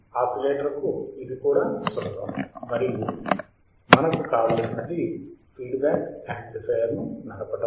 ఆసిలేటర్కు ఇది కూడా సులభం మరియు మనకు కావలసినది ఫీడ్బ్యాక్ యాంప్లిఫైయర్ను నడపటం